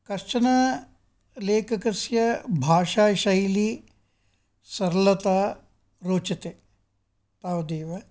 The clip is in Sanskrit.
कश्चनलेखकस्य भाषाशैली सरलता रोचते तावदेव